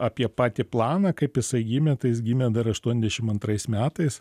apie patį planą kaip jisai gimė tai jis gimė dar aštuoniasdešim antrais metais